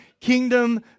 kingdom